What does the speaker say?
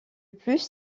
plus